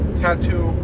tattoo